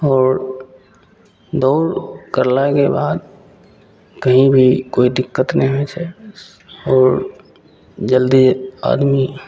आओर दौड़ करलाके बाद कहीँ भी कोइ दिक्क्त नहि होइ छै आओर जल्दी आदमी